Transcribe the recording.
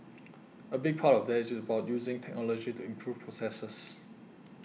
a big part of that is about using technology to improve processes